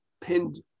pinned